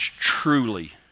truly